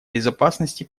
безопасности